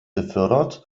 befördert